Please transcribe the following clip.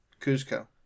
Cusco